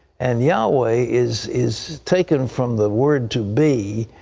and yahweh is is taken from the word, to be.